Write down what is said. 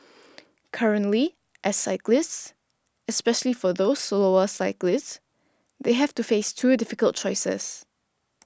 currently as cyclists especially for those slower cyclists they have to face two difficult choices